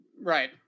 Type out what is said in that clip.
Right